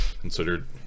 Considered